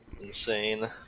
Insane